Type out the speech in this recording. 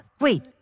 wait